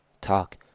talk